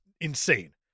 insane